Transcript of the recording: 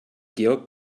georg